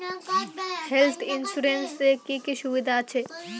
Health insurance এ কি কি সুবিধা আছে?